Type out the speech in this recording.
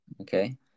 Okay